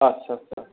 आच्चा आच्चा